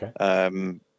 Okay